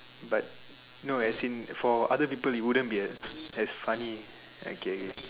but no as in for other people it wouldn't be as as funny okay okay